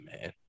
man